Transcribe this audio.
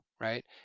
right